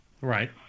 Right